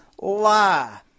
lie